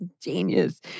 genius